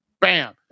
Bam